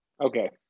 okay